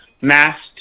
masked